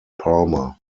palmer